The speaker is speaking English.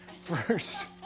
First